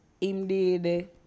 indeed